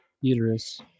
Uterus